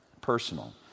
personal